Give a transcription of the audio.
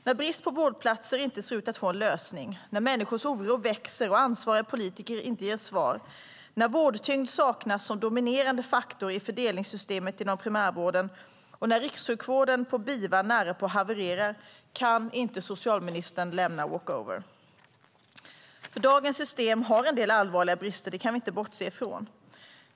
När brist på vårdplatser inte ser ut att få en lösning, när människors oro växer och ansvariga politiker inte ger svar, när vårdtyngd saknas som dominerande faktor i fördelningssystemet inom primärvården och när rikssjukvården på BIVA nära på havererar, då kan inte socialministern lämna walk over. Dagens system har en del allvarliga brister, vilket vi inte kan bortse från.